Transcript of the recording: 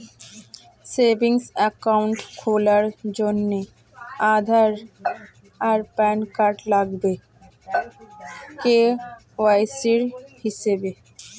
savings account খোলার জন্যে আধার আর প্যান কার্ড লাগবে কে.ওয়াই.সি হিসেবে